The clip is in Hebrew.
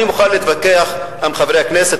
אני מוכן להתווכח עם חברי הכנסת,